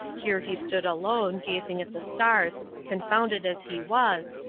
here he stood alone, gazing at the stars confounded as he was,